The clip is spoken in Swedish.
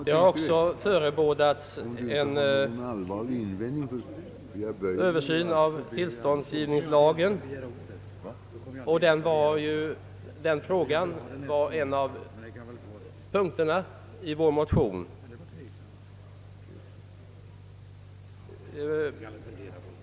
Det har också förebådats en Översyn av tillståndsgivningslagen, och den frågan var en av punkterna i vår motion.